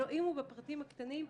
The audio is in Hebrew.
אלוהים הוא בפרטים הקטנים,